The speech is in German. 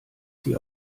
sie